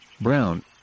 brown